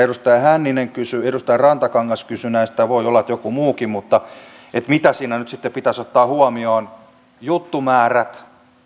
edustaja hänninen kysyi edustaja rantakangas kysyi näistä voi olla että joku muukin mitä siinä nyt sitten pitäisi ottaa huomioon juttumäärät